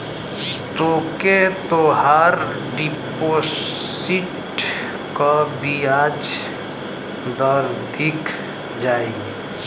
तोके तोहार डिपोसिट क बियाज दर दिख जाई